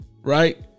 Right